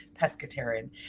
pescatarian